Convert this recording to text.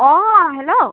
অঁ হেল্ল'